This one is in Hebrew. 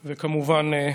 כמובן,